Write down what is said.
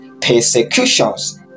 persecutions